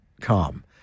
calm